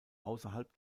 außerhalb